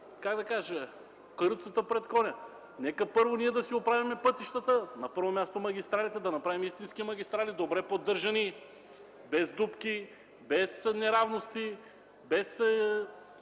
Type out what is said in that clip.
Не слагайте каруцата пред коня. Нека първо да си оправим пътищата, на първо място магистралите, да направим истински магистрали, добре поддържани, без дупки, без неравности, без